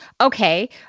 okay